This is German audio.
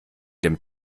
dem